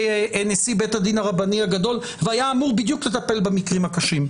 נשיא בית הדין הרבני הגדול ושהיה אמור בדיוק לטפל במקרים הקשים.